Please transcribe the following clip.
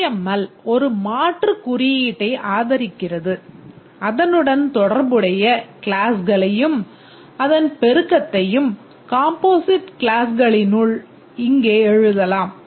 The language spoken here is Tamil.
UML ஒரு மாற்று குறியீட்டை ஆதரிக்கிறது அதனுடன் தொடர்புடைய க்ளாஸ்களையும் அதன் பெருக்கத்தையும் காம்போசிட் க்ளாஸ்களினுள் இங்கே எழுதலாம்